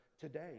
today